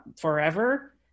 forever